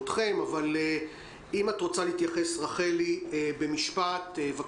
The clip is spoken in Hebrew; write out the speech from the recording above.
או שתרגיעו, או שתתנו מסרים חדים ומדויקים.